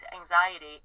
anxiety